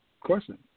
question